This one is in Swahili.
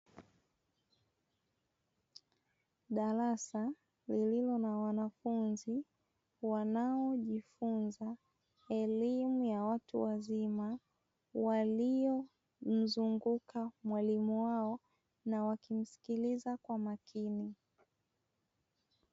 Darasa lililo na wanafunzi wanaojifunza elimu ya watu wazima, waliomzunguka mwalimu wao na wakimsikiliza kwa makini.